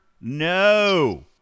no